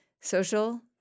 Social